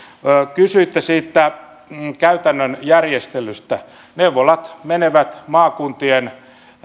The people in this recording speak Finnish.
kysyitte siitä käytännön järjestelystä neuvolat menevät maakuntien